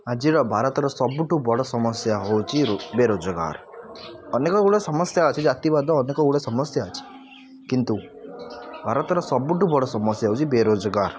ଆଜିର ଭାରତର ସବୁଠୁ ବଡ଼ ସମସ୍ୟା ହେଉଛି ବେରୋଜଗାର ଅନେକଗୁଡ଼ିଏ ସମସ୍ୟା ଅଛି ଜାତିବାଦ ଅନେକଗୁଡ଼ିଏ ସମସ୍ୟା ଅଛି କିନ୍ତୁ ଭାରତର ସବୁଠୁ ବଡ଼ ସମସ୍ୟା ହେଉଛି ବେରୋଜଗାର